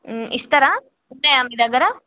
ఇస్తారా ఉన్నాయా మీ దగ్గర